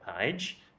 page